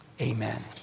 amen